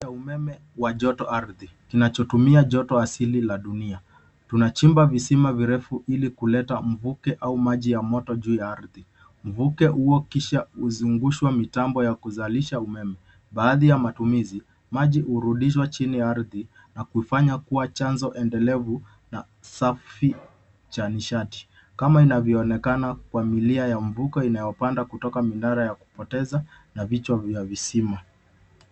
Huu ni umeme wa joto ardhi kinachotumia joto asili la dunia. Tunachimba visima virefu ili kuleta mvuke au maji ya moto juu ya ardhi. Mvuke huo kisha huzungushwa mitambo ya kuzalisha umeme, baadhi ya matumizi maji hurudishwa chini ya ardhi na kuifanya kuwa chazo endelevu na safi cha nishati kama inavyo onekana kwa milia ya mvuka inayopanda kutoka minara yakupoteza na vichwa vya visima.